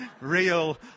real